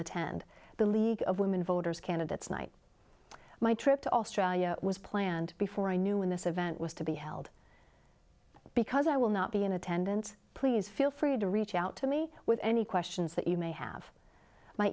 attend the league of women voters candidates night my trip to australia was planned before i knew when this event was to be held because i will not be in attendance please feel free to reach out to me with any questions that you may have my